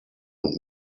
und